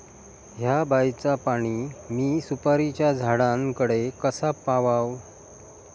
हया बायचा पाणी मी सुपारीच्या झाडान कडे कसा पावाव?